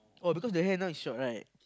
oh because the hair now is short right